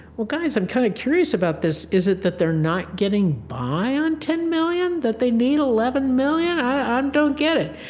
well guys, i'm kind of curious about this. is it that they're not getting by on ten million that they need eleven million? i don't get it.